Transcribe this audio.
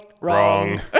Wrong